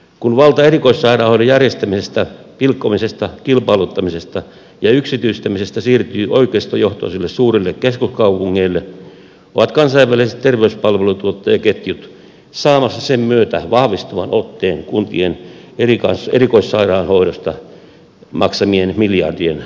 kun valta erikoissairaanhoidon järjestämisestä pilkkomisesta kilpailuttamisesta ja yksityistämisestä siirtyy oikeistojohtoisille suurille keskuskaupungeille ovat kansainväliset terveyspalvelutuottajaketjut saamassa sen myötä vahvistuvan otteen kuntien erikoissairaanhoidosta maksa mien miljardien palvelutuotannosta